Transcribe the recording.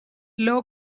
low